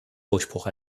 durchbruch